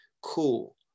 cool